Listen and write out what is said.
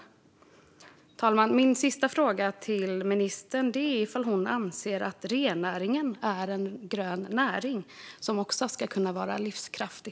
Fru talman! Min sista fråga till ministern är om hon anser att rennäringen är en grön näring som också ska kunna vara livskraftig.